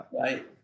Right